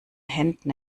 händen